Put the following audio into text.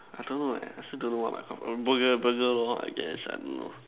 I don't know eh I also don't know what Burger burger lor I guess I don't know